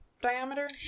diameter